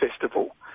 festival